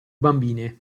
bambine